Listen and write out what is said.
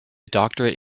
doctorate